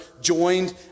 joined